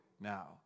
now